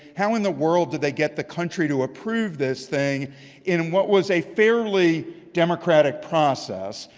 how in the world did they get the country to approve this thing in what was a fairly democratic process?